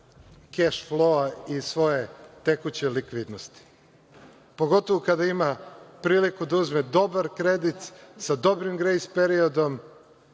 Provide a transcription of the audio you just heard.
keš floua, iz svoje tekuće likvidnosti, pogotovo kada ima priliku da uzme dobar kredit, sa dobrim grejs periodom,